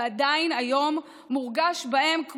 ועדיין מורגש בהם היום,